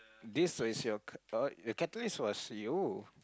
this is your c~ card the catalyst was you